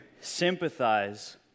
sympathize